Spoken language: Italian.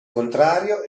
contrario